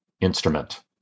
instrument